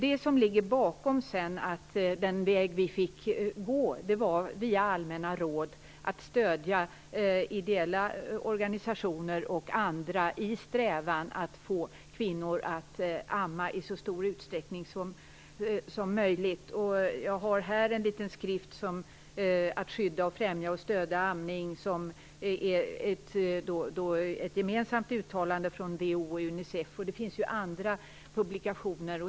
Det ligger bakom det faktum att den väg vi fick gå var via allmänna råd, att stödja ideella organisationer och andra i strävan att få kvinnor att amma i så stor utsträckning som möjligt. Jag har med mig en liten skrift Att skydda, främja och stödja amning, som är ett gemensamt uttalande från WHO och Unicef. Det finns andra publikationer.